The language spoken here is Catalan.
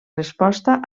resposta